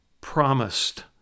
promised